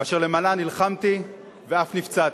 ואשר למענה נלחמתי ואף נפצעתי.